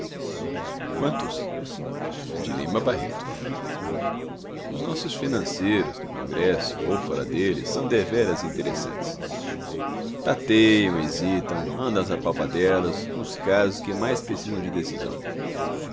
antes o s nossos financeiros do congresso ou fora dele são deveras interessantes tateiam hesitam andam às apalpadelas nos casos que mais precisam de decisão